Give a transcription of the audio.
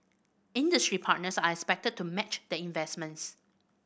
industry partners are expected to match the investments